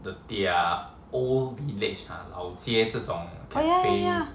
oh ya